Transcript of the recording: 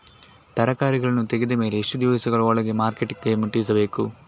ತರಕಾರಿಗಳನ್ನು ತೆಗೆದ ಮೇಲೆ ಎಷ್ಟು ದಿನಗಳ ಒಳಗೆ ಮಾರ್ಕೆಟಿಗೆ ಮುಟ್ಟಿಸಬೇಕು?